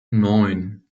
neun